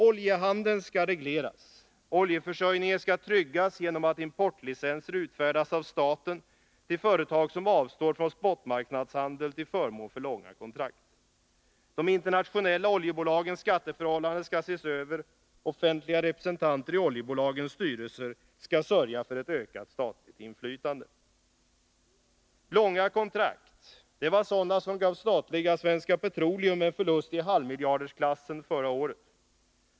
Oljehandeln skall regleras. Oljeförsörjningen skall tryggas genom att importlicenser utfärdas av staten till företag som avstår från spotmarknadshandel till förmån för långa kontrakt. De internationella oljebolagens skatteförhållanden skall ses över. Offentliga representanter i oljebolagens styrelser skall sörja för ett ökat statligt inflytande. Det var just långa kontrakt som gav statliga Svenska Petroleum en förlust i halvmiljardklassen förra året.